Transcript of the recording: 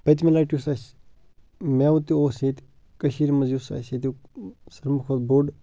پٔتۍمہِ لَٹہِ یُس اَسہِ مٮ۪وٕ تہِ اوس ییٚتہِ کٔشیٖرِ منٛز یُس اَسہِ ییٚتیُک سٲلمو کھۄتہٕ بوٚڑ